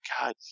God